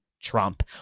Trump